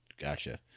Gotcha